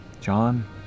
John